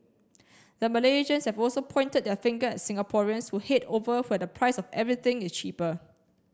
the Malaysians have also pointed their finger at Singaporeans who head over where the price of everything is cheaper